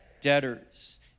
debtors